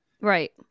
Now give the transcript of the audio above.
Right